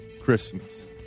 Christmas